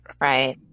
Right